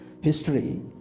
history